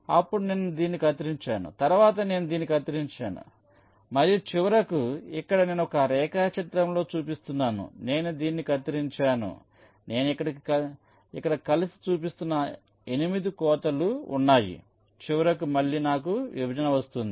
అప్పుడు నేను దీనిని కత్తిరించాను తరువాత నేను దీన్ని కత్తిరించాను మరియు చివరకు ఇక్కడ నేను ఒక రేఖాచిత్రంలో చూపిస్తున్నాను నేను దీనిని కత్తిరించాను నేను ఇక్కడ కలిసి చూపిస్తున్న 8 కోతలు ఉన్నాయి చివరకు మళ్ళీ నాకు విభజన వస్తుంది